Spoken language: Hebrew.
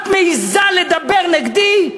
את מעזה לדבר נגדי?